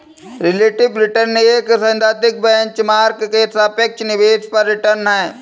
relative return एक सैद्धांतिक benchmark के सापेक्ष निवेश पर रिटर्न है